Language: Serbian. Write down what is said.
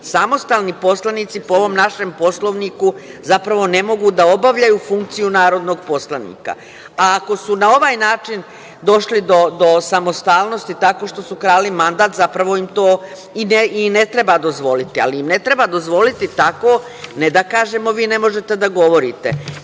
poslanika. Samostalni poslanici po ovom našem Poslovniku zapravo ne mogu da obavljaju funkciju narodnog poslanika, a ako su na ovaj način došli do samostalnosti tako što su krali mandat, zapravo im to i ne treba dozvoliti. Ali, ne treba im dozvoliti tako, ne da kažemo – vi ne možete da govorite,